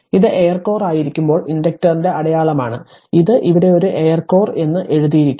ഇത് air core ആയിരിക്കുമ്പോൾ ഇൻഡക്റ്ററിന്റെ അടയാളമാണ് ഇത് ഇവിടെ ഒരു എയർ കോർ എന്ന് എഴുതിയിരിക്കുന്നു